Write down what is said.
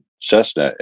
Cessna